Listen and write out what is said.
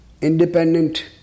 independent